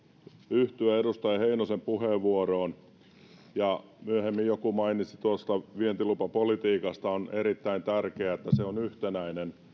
yhtyä edustaja heinosen puheenvuoroon myöhemmin joku mainitsi tuosta vientilupapolitiikasta on erittäin tärkeää että se on yhtenäinen